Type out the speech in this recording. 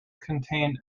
contain